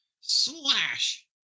slash